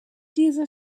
diese